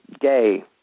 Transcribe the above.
gay